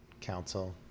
Council